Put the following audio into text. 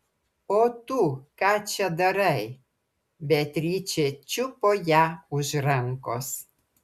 o tu ką čia darai beatričė čiupo ją už rankos